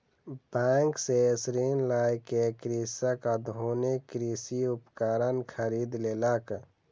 bank सॅ ऋण लय के कृषक आधुनिक कृषि उपकरण खरीद लेलक